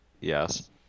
Yes